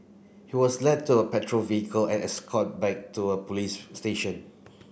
he was led to a patrol vehicle and escort back to a police station